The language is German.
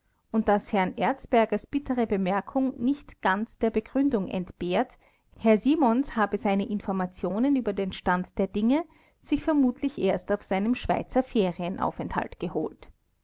und daß herrn erzbergers bittere bemerkung nicht ganz der begründung entbehrt herr simons habe seine informationen über den stand der dinge sich vermutlich erst auf seinem schweizer ferienaufenthalt geholt